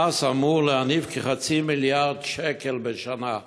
המס אמור להניב כחצי מיליארד שקל בשנה.